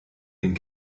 den